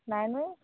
ନାଇଁ ନାଇଁ